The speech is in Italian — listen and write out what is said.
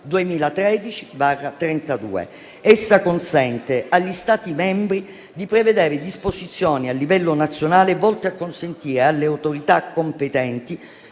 Essa consente agli Stati membri di prevedere disposizioni a livello nazionale volte a consentire alle autorità competenti